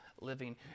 living